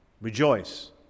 rejoice